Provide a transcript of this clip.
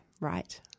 Right